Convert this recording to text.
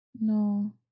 No